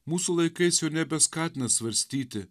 mūsų laikais jau nebeskatina svarstyti